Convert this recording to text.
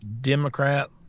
Democrat